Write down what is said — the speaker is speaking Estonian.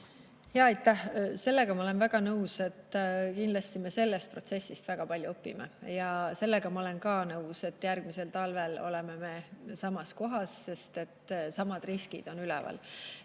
Aitäh! Sellega ma olen väga nõus, et kindlasti me sellest protsessist väga palju õpime. ja sellega ma olen ka nõus, et järgmisel talvel oleme me samas kohas, sest samad riskid on üleval.